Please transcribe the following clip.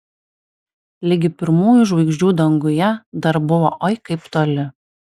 ligi pirmųjų žvaigždžių danguje dar buvo oi kaip toli